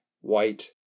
white